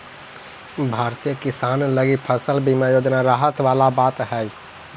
भारतीय किसान लगी फसल बीमा योजना राहत वाला बात हइ